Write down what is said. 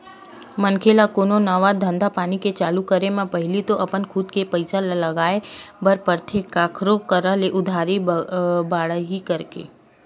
मनखे ल कोनो नवा धंधापानी के चालू करे म पहिली तो अपन खुद के पइसा ल लगाय बर परथे कखरो करा ले उधारी बाड़ही करके